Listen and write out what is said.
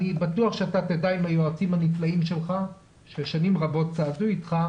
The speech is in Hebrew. אני בטוח שאתה תדע עם היועצים הנפלאים שלך ששנים רבות צעדו איתך,